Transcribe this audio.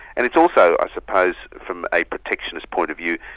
and it's also i suppose from a protectionist point of view,